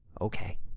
Okay